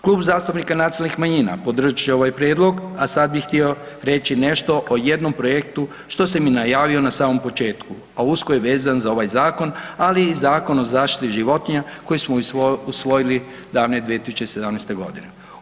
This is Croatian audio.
Klub zastupnika nacionalnih manjina podržat će ovaj prijedlog a sad bi htio reći nešto o jednom projektu što sam i najavio na samom početku a usko je vezan za ovaj zakon ali i Zakon o zaštiti životinja koji smo usvojili davne 2017. godine.